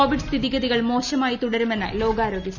Covid സ്ഥിതിഗതികൾ മോശമായി തുടരുമെന്ന് ലോകാരോഗ്യ സംഘടന